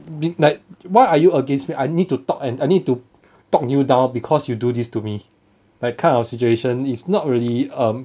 midnight why are you against me I need to talk and I need to talk you down because you do this to me like kind of situation is not really err mm